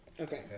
Okay